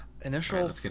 Initial